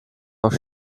auf